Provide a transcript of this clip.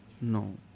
No